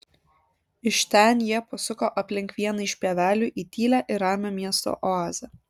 iš ten jie pasuko aplink vieną iš pievelių į tylią ir ramią miesto oazę